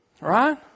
Right